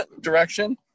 direction